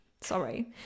sorry